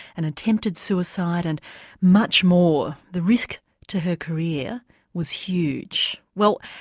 an attempted suicide and much more. the risk to her career was huge. well,